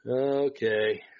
Okay